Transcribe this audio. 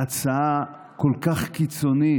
אני מתקשה לזכור הצעה כל כך קיצונית,